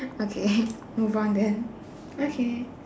okay move on then okay